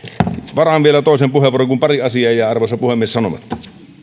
varaan vielä toisen puheenvuoron kun pari asiaa jäi arvoisa puhemies sanomatta